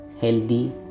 healthy